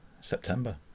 September